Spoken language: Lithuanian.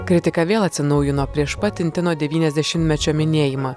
kritika vėl atsinaujino prieš pat tintino devyniasdešimtmečio minėjimą